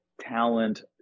talent